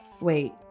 Wait